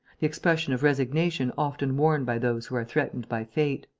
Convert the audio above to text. the expression of resignation often worn by those who are threatened by fate.